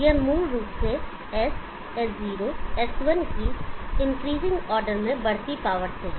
यह मूल रूप से S S0 S1 की इंक्रीजिंग ऑर्डर में बढ़ती पावर से है